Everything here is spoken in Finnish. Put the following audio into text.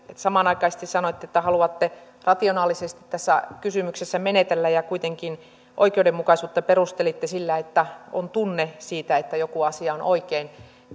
samanaikaisesti sanoitte että haluatte rationaalisesti tässä kysymyksessä menetellä ja kuitenkin oikeudenmukaisuutta perustelitte sillä että on tunne siitä että joku asia on oikein